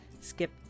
skip